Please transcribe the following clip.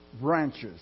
branches